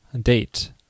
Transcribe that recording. date